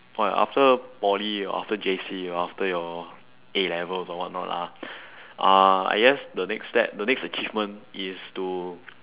what after poly or after J_C or after your A levels or what not ah uh I guess the next step the next achievement is to